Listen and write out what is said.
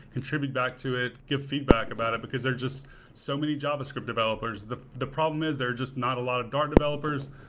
contribute back to it, give feedback about it, because they're just so many javascript developers. the the problem is they're just not a lot of dart developers.